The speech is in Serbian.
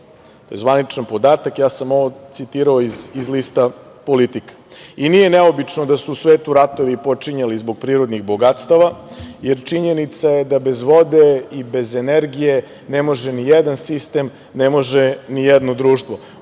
dolara, zvaničan podatak. Ja sam ovo citirao iz lista „Politika“.Nije neobično da su u svetu ratovi počinjali zbog prirodnih bogatstava, jer činjenica je da bez vode i bez energije ne može nijedan sistem, ne može nijedno društvo.